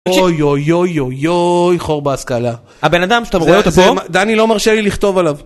אוי אוי אוי אוי אוי חור בהשכלה. הבן אדם שאתה רואה אותו פה, דני לא מרשה לי לכתוב עליו.